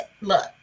look